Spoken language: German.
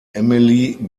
emily